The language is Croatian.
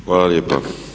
Hvala lijepa.